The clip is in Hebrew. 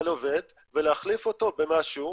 אבל עובד ולהחליף אותו במשהו